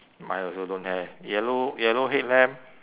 mine also don't have yellow yellow headlamp